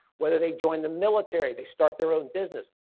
whether they join the military, they start their own business,